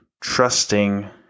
trusting